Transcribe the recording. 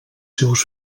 seus